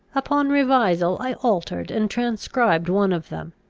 upon revisal, i altered and transcribed one of them,